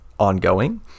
ongoing